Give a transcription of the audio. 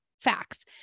facts